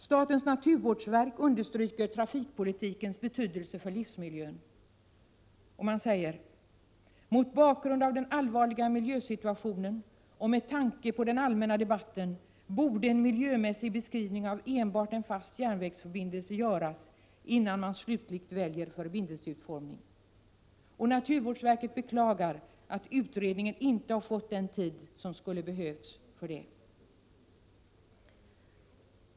Statens naturvårdsverk understryker trafikpolitikens betydelse för livsmiljön: ”Mot bakgrund av den allvarliga miljösituationen och med tanke på den allmänna debatten borde en miljömässig beskrivning av enbart en fast järnvägsförbindelse göras innan man slutligt väljer förbindelseutformning.” Och naturvårdsverket beklagar att utredningen inte har fått den tid som skulle ha behövts för det.